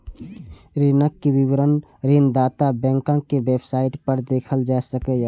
ऋणक विवरण ऋणदाता बैंकक वेबसाइट पर देखल जा सकैए